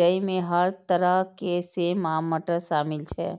जइमे हर तरह के सेम आ मटर शामिल छै